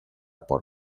por